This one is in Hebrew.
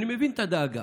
אני מבין את הדאגה.